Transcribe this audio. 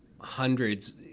Hundreds